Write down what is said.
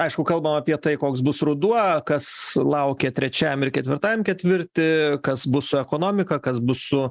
aišku kalbam apie tai koks bus ruduo kas laukia trečiam ir ketvirtam ketvirtį kas bus su ekonomika kas bus su